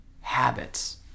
habits